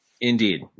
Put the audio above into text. Indeed